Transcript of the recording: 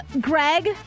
Greg